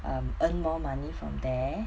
um earn more money from there